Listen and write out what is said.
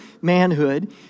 manhood